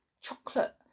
chocolate